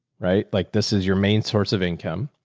right? like this is your main source of income.